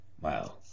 Wow